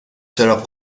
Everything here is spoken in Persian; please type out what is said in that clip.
چراغ